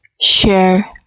share